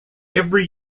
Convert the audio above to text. every